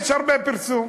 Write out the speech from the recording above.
לעישון יש הרבה פרסום.